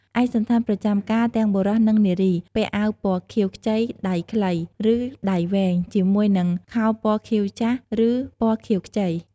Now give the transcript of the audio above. ឯកសណ្ឋានប្រចាំការ ទាំងបុរស និងនារី ពាក់អាវពណ៌ខៀវខ្ចីដៃខ្លី ឬដៃវែង ជាមួយនឹងខោពណ៌ខៀវចាស់ ឬពណ៌ខៀវខ្ចី។